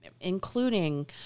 including